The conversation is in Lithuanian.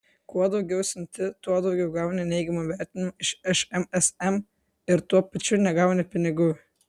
kuo daugiau siunti tuo daugiau gauni neigiamų vertinimų iš šmsm ir tuo pačiu negauni pinigų